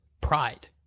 pride